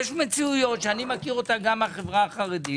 יש מציאויות שאני מכיר אותה גם מהחברה החרדית